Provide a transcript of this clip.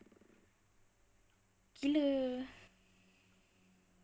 gila